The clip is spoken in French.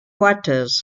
waters